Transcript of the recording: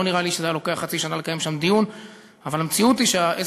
לא נראה לי שהיה לוקח חצי שנה לקיים שם דיון.